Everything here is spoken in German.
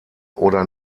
oder